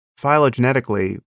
phylogenetically